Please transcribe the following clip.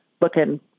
looking